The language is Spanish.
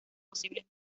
posibles